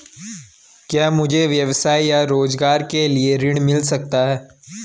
क्या मुझे व्यवसाय या स्वरोज़गार के लिए ऋण मिल सकता है?